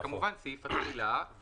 וכמובן סעיף התחילה.